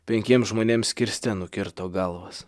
penkiems žmonėms kirste nukirto galvas